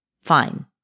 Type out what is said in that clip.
fine